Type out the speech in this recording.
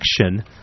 action